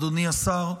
אדוני השר,